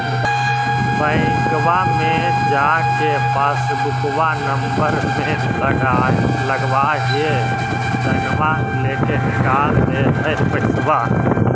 बैंकवा मे जा के पासबुकवा नम्बर मे लगवहिऐ सैनवा लेके निकाल दे है पैसवा?